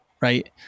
right